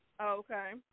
Okay